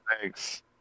Thanks